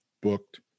booked